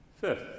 Fifth